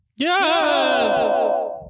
Yes